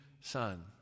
son